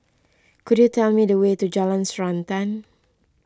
could you tell me the way to Jalan Srantan